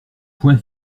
point